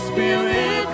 Spirit